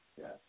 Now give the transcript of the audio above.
Yes